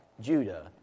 Judah